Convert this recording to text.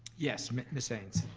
yes, miss miss haynes,